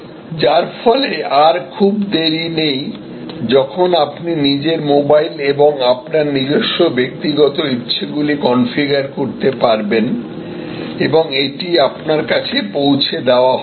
যার ফলে আর খুব দেরী নেই যখন আপনি নিজের মোবাইল এবং আপনার নিজস্ব ব্যক্তিগত ইচ্ছেগুলি কনফিগার করতে পারবেন এবং এটি আপনার কাছে পৌঁছে দেওয়া হবে